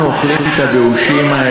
אנחנו אוכלים את הבאושים.